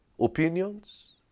Opinions